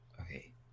Okay